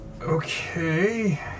Okay